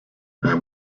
and